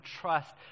trust